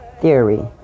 theory